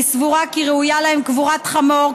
אני סבורה כי ראויה להם קבורת חמור,